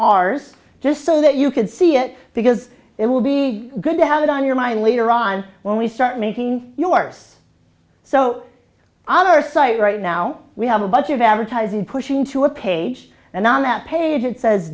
ours just so that you can see it because it will be good to have it on your mind later on when we start making yours so on our site right now we have a bunch of advertising pushing to a page and on that page it says